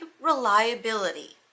reliability